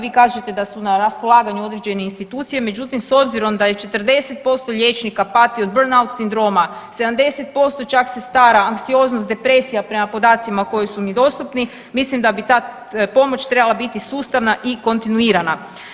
Vi kažete da su na raspolaganju određene institucije, međutim s obzirom da 40% liječnika pati od bernard sindroma, 70% čak sestara anksioznost, depresija, prema podacima koji su mi dostupni, mislim da bi ta pomoć trebala biti sustavna i kontinuirana.